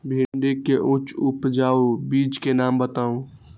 भिंडी के उच्च उपजाऊ बीज के नाम बताऊ?